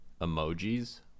emojis